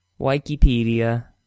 Wikipedia